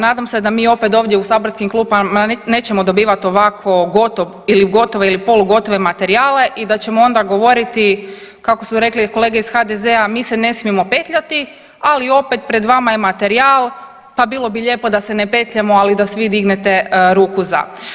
Nadam se da mi opet ovdje u saborskim klupama nećemo dobivat ovako gotov ili gotove ili polugotove materijale i da ćemo onda govoriti kako su rekli kolege iz HDZ-a mi se ne smijemo petljati, ali opet pred vama je materijal, pa bilo bi lijepo da se ne petljamo, ali da svi dignete ruku za.